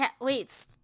Wait